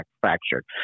fractured